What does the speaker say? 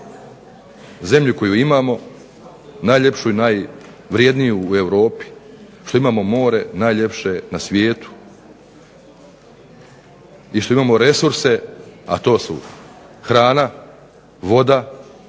zemlju koju imamo, najljepšu i najvredniju u Europi, što imamo more najljepše na svijetu i što imamo resurse, a to su hrana, voda